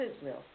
Israel